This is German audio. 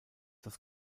das